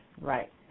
Right